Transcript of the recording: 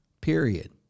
period